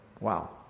Wow